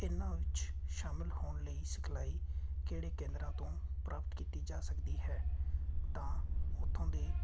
ਇਹਨਾਂ ਵਿੱਚ ਸ਼ਾਮਿਲ ਹੋਣ ਲਈ ਸਿਖਲਾਈ ਕਿਹੜੇ ਕੇਂਦਰਾਂ ਤੋਂ ਪ੍ਰਾਪਤ ਕੀਤੀ ਜਾ ਸਕਦੀ ਹੈ ਤਾਂ ਉੱਥੋਂ ਦੇ